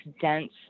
dense